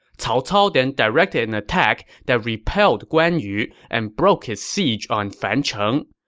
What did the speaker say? cao cao then directed an attack that repelled guan yu and broke his siege on fancheng.